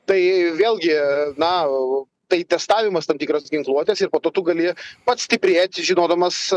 tai vėlgi na tai testavimas tam tikros ginkluotės ir po to tu gali pats stiprėt žinodamas